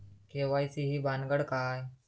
KYC ही भानगड काय?